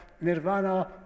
nirvana